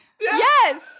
Yes